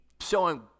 showing